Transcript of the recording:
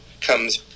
comes